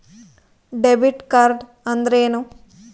Debit card ಅಂದ್ರೇನು?